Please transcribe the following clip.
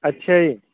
ਅੱਛਾ ਜੀ